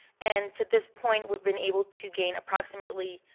and to this point, we've been able to gain approximately